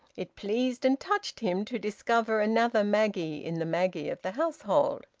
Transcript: it pleased and touched him to discover another maggie in the maggie of the household.